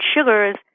sugars